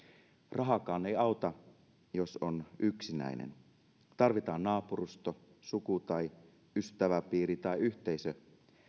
rahakaan ei auta jos on yksinäinen tarvitaan naapurusto suku tai ystäväpiiri tai yhteisö